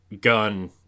gun